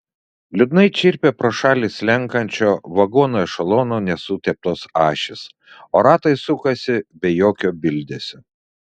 liūdnai čirpė pro šalį slenkančio vagonų ešelono nesuteptos ašys o ratai sukosi be jokio bildesio